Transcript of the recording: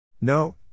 No